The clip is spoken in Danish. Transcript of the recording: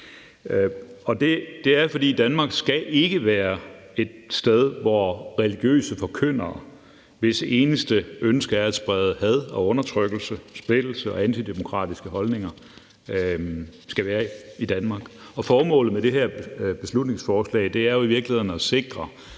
lavet. For Danmark skal ikke være et sted, hvor religiøse forkyndere, hvis eneste ønske er at sprede had og undertrykkelse og splittelse og antidemokratiske holdninger, kan være. Og formålet med det her beslutningsforslag er jo i virkeligheden at sikre,